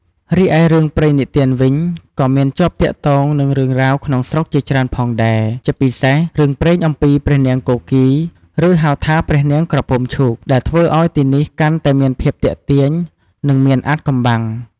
រីឯរឿងព្រេងនិទានវិញ ក៏មានជាប់ទាក់ទងនឹងរឿងរ៉ាវក្នុងស្រុកជាច្រើនផងដែរ ជាពិសេសរឿងព្រេងអំពីព្រះនាងគគីរ ឬហៅថាព្រះនាងក្រពុំឈូក ដែលធ្វើឱ្យទីនេះកាន់តែមានភាពទាក់ទាញ និងមានអាថ៌កំបាំង ។